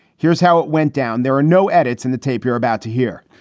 here's how it went down. there are no edits in the tape you're about to hear.